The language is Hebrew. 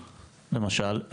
למשל,